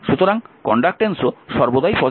সুতরাং কন্ডাক্ট্যান্স সর্বদা পজিটিভ হয়